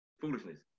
Foolishness